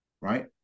right